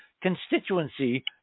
constituency